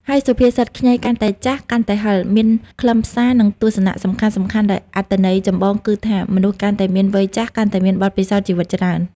ហើយសុភាសិត ខ្ញីកាន់តែចាស់ កាន់តែហឹរ មានខ្លឹមសារ និងទស្សនៈសំខាន់ៗដោយ អត្ថន័យចម្បងគឺថា មនុស្សកាន់តែមានវ័យចាស់ កាន់តែមានបទពិសោធន៍ជីវិតច្រើន។